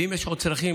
ואם יש עוד צרכים,